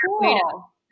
cool